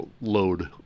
load